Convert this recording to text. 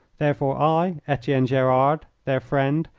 therefore, i, etienne gerard, their friend,